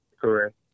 correct